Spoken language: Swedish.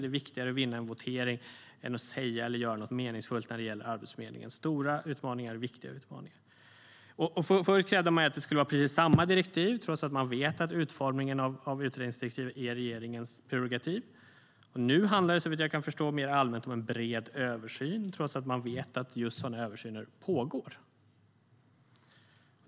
Det är viktigare att vinna en votering än att säga eller göra något meningsfullt när det gäller Arbetsförmedlingens stora och viktiga utmaningar. Förut krävde man att det skulle vara precis samma direktiv, trots att man vet att utformningen av utredningsdirektiv är regeringens prerogativ. Nu handlar det såvitt jag kan förstå mer allmänt om en "bred översyn", trots att man vet att sådana översyner pågår.